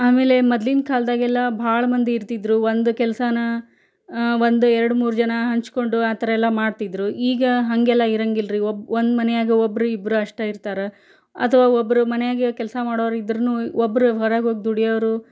ಆಮೇಲೆ ಮೊದ್ಲಿನ ಕಾಲ್ದಾಗೆಲ್ಲ ಭಾಳ ಮಂದಿ ಇರ್ತಿದ್ದರು ಒಂದು ಕೆಲ್ಸನ ಒಂದು ಎರ್ಡು ಮೂರು ಜನ ಹಂಚಿಕೊಂಡು ಆ ಥರ ಎಲ್ಲ ಮಾಡ್ತಿದ್ದರು ಈಗ ಹಾಗೆಲ್ಲ ಇರೋಂಗಿಲ್ರಿ ಒಬ್ಬ ಒಂದು ಮನೆಯಾಗೆ ಒಬ್ರು ಇಬ್ರು ಅಷ್ಟೇ ಇರ್ತಾರೆ ಅಥವ ಒಬ್ರು ಮನೆಯಾಗೆ ಕೆಲಸ ಮಾಡೋವ್ರಿದ್ದರೂನು ಒಬ್ರು ಹೊರಗೋಗಿ ದುಡಿಯೋರು